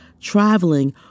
traveling